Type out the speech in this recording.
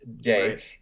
day